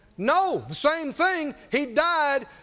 no. same thing, he died,